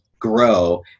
grow